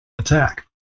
attack